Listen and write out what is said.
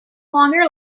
longer